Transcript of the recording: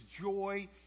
joy